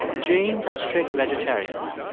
jains are strict vegetarians.